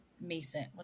mason